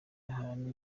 ahantu